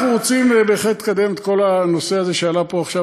אנחנו רוצים בהחלט לקדם את כל הנושא הזה שעלה פה עכשיו